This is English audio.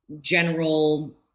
general